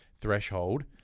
threshold